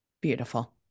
Beautiful